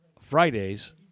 Fridays